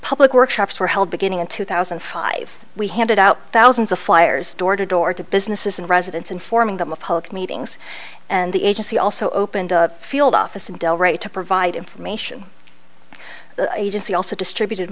public workshops were held beginning in two thousand and five we handed out thousands of flyers door to door to businesses and residents informing them of public meetings and the agency also opened a field office in delray to provide information the agency also distributed